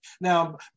Now